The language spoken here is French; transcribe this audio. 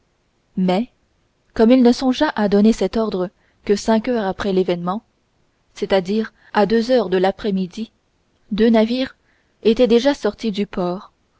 mais comme il ne songea à donner cet ordre que cinq heures après l'événement c'est-à-dire à deux heures de l'après-midi deux navires étaient déjà sortis du port